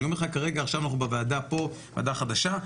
עכשיו אנחנו בוועדה פה, ועדה חדשה.